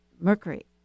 Mercury